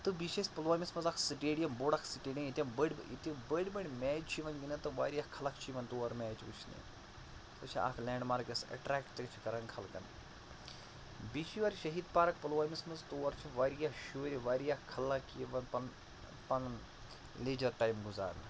تہٕ بیٚیہِ چھِ اسہِ پُلوٲمِس منٛز اَکھ سٹیڈیم بوٚڑ اکھ سٹیڈیَم یتیٚن بٔڑۍ ییتہِ بٔڑۍ بٔڑۍ میچ چھِ یِوان گِنٛدنہٕ تہٕ واریاہ خلق چھِ یِوان تور میچ وُچھنہِ سۄ چھِ اَکھ لینٛڈ مارٕک یۄس اٹریکٹہٕ تہِ چھِ کران خلقن بیٚیہِ چھِ یور شہیٖد پارَک پُلوٲمِس منٛز تور چھِ واریاہ شُرۍ واریاہ خلق یِوان پَنُن پَنُن لیٖجَر ٹایم گُزارنہِ